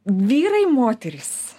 vyrai moterys